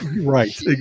Right